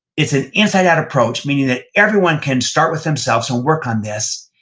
it's an inside-out approach, meaning that everyone can start with themselves and work on this,